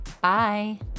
Bye